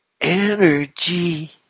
energy